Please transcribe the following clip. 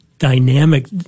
dynamic